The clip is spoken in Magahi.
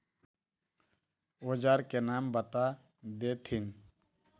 औजार के नाम बता देथिन?